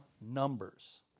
Numbers